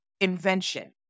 invention